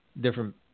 different –